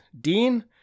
dean